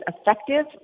effective